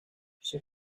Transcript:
she